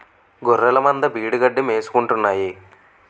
గొఱ్ఱెలమంద బీడుగడ్డి మేసుకుంటాన్నాయి